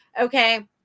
Okay